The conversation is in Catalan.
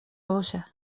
bossa